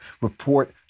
report